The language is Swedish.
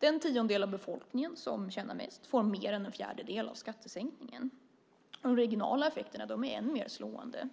Den tiondel av befolkningen som tjänar mest får mer än en fjärdedel av skattesänkningen. De regionala effekterna är ännu mer slående.